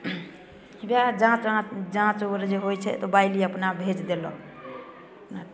वएह जाँच अहाँ जाँच आओर जे होइ छै तऽ बाइलि अपना भेज देलक